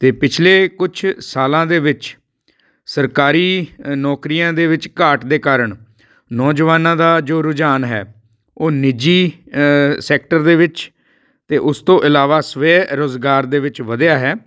ਅਤੇ ਪਿਛਲੇ ਕੁਛ ਸਾਲਾਂ ਦੇ ਵਿੱਚ ਸਰਕਾਰੀ ਅ ਨੌਕਰੀਆਂ ਦੇ ਵਿੱਚ ਘਾਟ ਦੇ ਕਾਰਨ ਨੌਜਵਾਨਾਂ ਦਾ ਜੋ ਰੁਝਾਨ ਹੈ ਉਹ ਨਿੱਜੀ ਅ ਸੈਕਟਰ ਦੇ ਵਿੱਚ ਅਤੇ ਉਸ ਤੋਂ ਇਲਾਵਾ ਸਵੈ ਰੁਜ਼ਗਾਰ ਦੇ ਵਿੱਚ ਵਧਿਆ ਹੈ